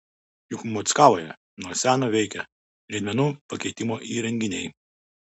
juk mockavoje nuo seno veikia riedmenų pakeitimo įrenginiai